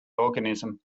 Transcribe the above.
organism